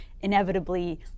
inevitably